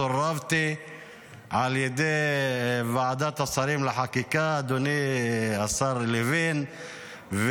סורבתי על ידי ועדת השרים לחקיקה, אדוני השר לוין,